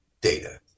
data